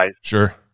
Sure